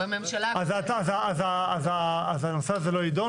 אז הנושא הזה לא ידון?